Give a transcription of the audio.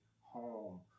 home